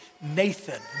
Nathan